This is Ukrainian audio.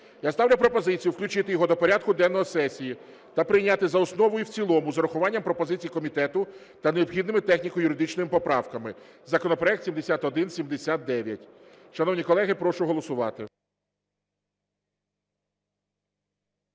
Я ставлю пропозицію включити його до порядку денного сесії та прийняти за основу і в цілому з урахуванням пропозицій комітету та необхідними техніко-юридичними поправками, законопроект 7179. Шановні колеги, прошу голосувати.